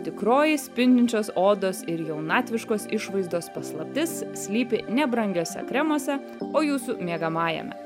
tikroji spindinčios odos ir jaunatviškos išvaizdos paslaptis slypi ne brangiuose kremuose o jūsų miegamajame